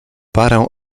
parę